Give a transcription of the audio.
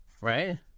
right